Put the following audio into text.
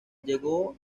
llegó